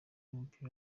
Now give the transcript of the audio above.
w’umupira